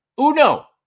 Uno